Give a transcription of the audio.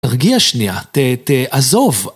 תרגיע שנייה, תעזוב!